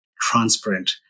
transparent